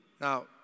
Now